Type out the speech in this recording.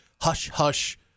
hush-hush